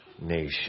nation